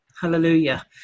Hallelujah